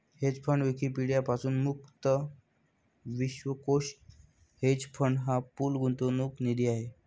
hedge fund Wikipedia पासून मुक्त विश्वकोश हेज फंड हा पूल गुंतवणूक निधी आहे